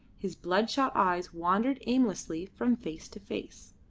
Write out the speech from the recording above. his bloodshot eyes wandered aimlessly from face to face.